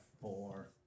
four